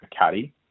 caddy